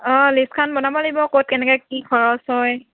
অঁ লিষ্টখন বনাব লাগিব ক'ত কেনেকৈ কি খৰচ হয়